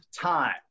time